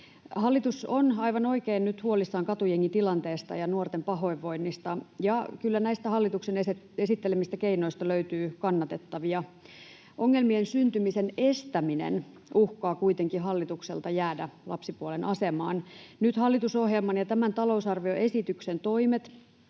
Hallitus on nyt aivan oikein huolissaan katujengitilanteesta ja nuorten pahoinvoinnista, ja kyllä näistä hallituksen esittelemistä keinoista löytyy kannatettavia. Ongelmien syntymisen estäminen uhkaa kuitenkin hallitukselta jäädä lapsipuolen asemaan. Nyt hallitusohjelman ja tämän talousarvioesityksen toimet